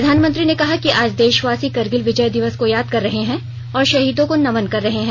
प्रधानमंत्री ने कहा कि आज देशवासी करगिल विजय को याद कर रहे हैं और शहीदों को नमन कर रहे हैं